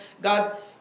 God